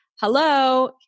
hello